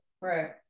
right